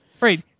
Right